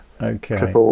Okay